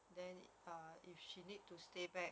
then uh if she need to stay back